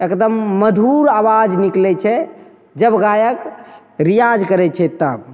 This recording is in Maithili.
एकदम मधुर आवाज निकलै छै जब गायक रिआज करै छै तब